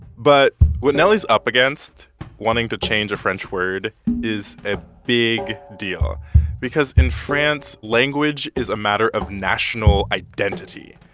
but what nelly's up against wanting to change a french word is a big deal because, in france, language is a matter of national identity.